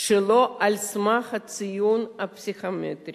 שלא על סמך הציון הפסיכומטרי.